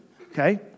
okay